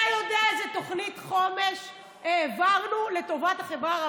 אתה יודע איזו תוכנית חומש העברנו לטובת החברה הערבית.